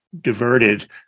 diverted